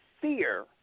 fear